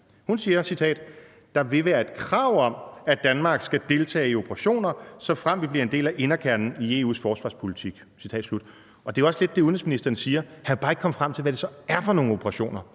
Hun siger: »Der vil være et krav om, at Danmark skal deltage i operationer, såfremt vi bliver en del af inderkernen i EU's forsvarspolitik.« Det er jo også lidt det, udenrigsministeren siger. Han vil bare ikke komme frem til, hvad det så er for nogle operationer.